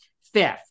Fifth